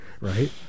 Right